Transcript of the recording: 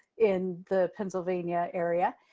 in the pennsylvania area.